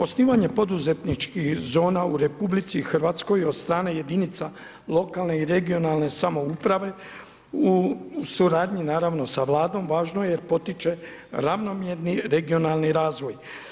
Osnivanje poduzetničkih zona u RH od strane jedinica lokalne i regionalne samouprave u suradnji naravno sa Vladom, važno je jer potiče ravnomjerni regionalni razvoj.